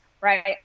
Right